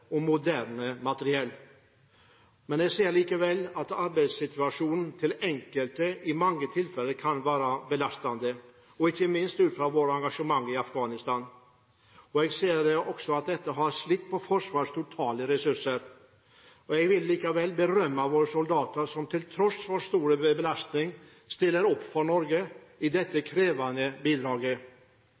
og moderne materiell. Jeg ser likevel at arbeidssituasjonen til enkelte i mange tilfeller kan være belastende, ikke minst ut fra vårt engasjement i Afghanistan. Jeg ser også at dette har slitt på Forsvarets totale ressurser. Jeg vil likevel berømme våre soldater som til tross for stor belastning stiller opp for Norge i dette krevende bidraget.